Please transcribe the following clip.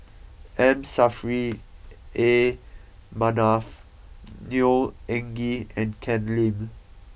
M Saffri A Manaf Neo Anngee and Ken Lim